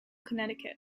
connecticut